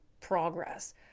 progress